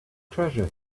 treasure